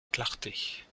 clarté